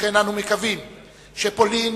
לכן אנו מקווים שפולין,